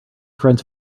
friends